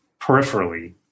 peripherally